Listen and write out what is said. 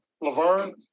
Laverne